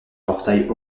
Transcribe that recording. portail